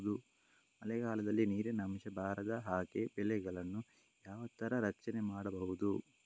ಮಳೆಗಾಲದಲ್ಲಿ ನೀರಿನ ಅಂಶ ಬಾರದ ಹಾಗೆ ಬೆಳೆಗಳನ್ನು ಯಾವ ತರ ರಕ್ಷಣೆ ಮಾಡ್ಬಹುದು?